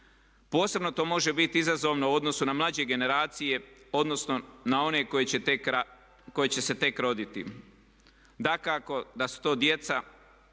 Posebno to može biti izazovno u odnosu na mlađe generacije, odnosno na one koji će se tek roditi. Dakako da ta djeca